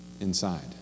inside